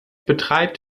betreibt